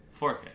4K